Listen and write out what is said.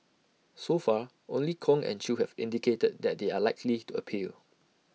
so far only Kong and chew have indicated that they are likely to appeal